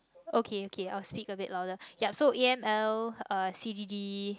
okay okay I'll speak a bit louder so ya a_m_l_c_d_d